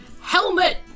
Helmet